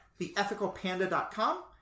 theethicalpanda.com